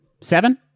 Seven